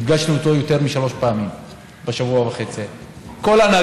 נפגשנו איתו יותר משלוש פעמים בשבוע וחצי האלה,